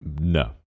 No